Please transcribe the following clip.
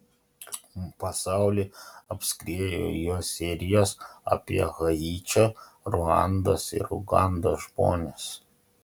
pasaulį apskriejo jo serijos apie haičio ruandos ir ugandos žmones